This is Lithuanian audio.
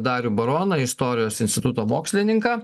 darių baroną istorijos instituto mokslininką